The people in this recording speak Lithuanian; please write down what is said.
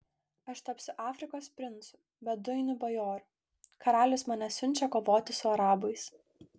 aš tapsiu afrikos princu beduinų bajoru karalius mane siunčia kovoti su arabais